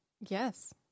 Yes